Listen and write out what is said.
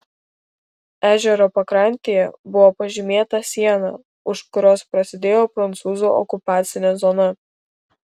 ežero pakrantėje buvo pažymėta siena už kurios prasidėjo prancūzų okupacinė zona